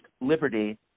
liberty